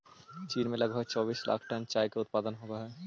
चीन में लगभग चौबीस लाख टन चाय के उत्पादन होवऽ हइ